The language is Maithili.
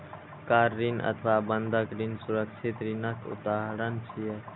कार ऋण अथवा बंधक ऋण सुरक्षित ऋणक उदाहरण छियै